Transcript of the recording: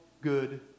good